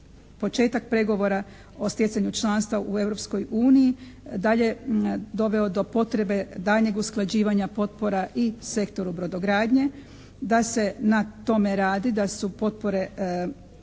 početak pregovora o stjecanju članstva u Europskoj uniji dalje doveo do potrebe daljnjeg usklađivanja potpora i sektoru brodogradnje, da se na tome radi, da su potpore,